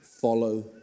Follow